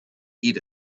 eat